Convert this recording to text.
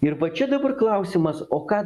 ir va čia dabar klausimas o ką